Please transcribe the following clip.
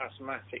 asthmatic